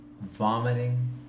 vomiting